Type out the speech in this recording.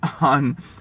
on